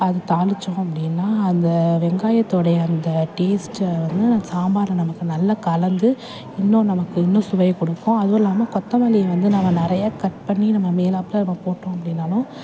அது தாளித்தோம் அப்படினா அந்த வெங்காயத்தோடைய அந்த டேஸ்டை வந்து அந்த சாம்பாரில் நமக்கு நல்ல கலந்து இன்னும் நமக்கு இன்னும் சுவையை கொடுக்கும் அதுவும் இல்லாமல் கொத்தமல்லி வந்து நம்ம நிறைய கட் பண்ணி நம்ம மேலாப்பில் வப் போட்டோம் அப்படினாலும்